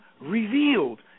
revealed